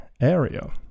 area